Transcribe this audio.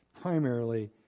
primarily